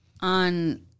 On